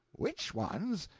which ones?